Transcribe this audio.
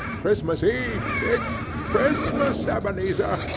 christmas eve, dick. christmas, ebenezer!